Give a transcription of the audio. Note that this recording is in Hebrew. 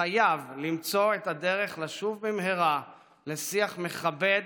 חייב למצוא את הדרך לשוב במהרה לשיח מכבד,